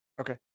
Okay